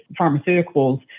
pharmaceuticals